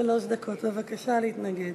שלוש דקות, בבקשה, להתנגד.